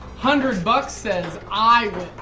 hundred bucks says i